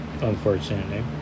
unfortunately